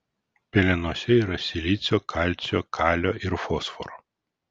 pelenuose yra silicio kalcio kalio ir fosforo